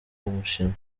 ubushinwa